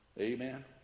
Amen